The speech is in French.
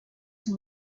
sont